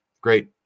great